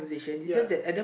ya